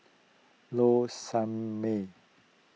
Low Sanmay